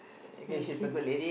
okay